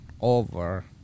over